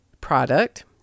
product